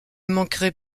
manquerait